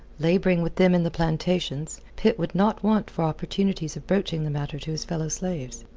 labouring with them in the plantations, pitt would not want for opportunities of broaching the matter to his fellow-slaves.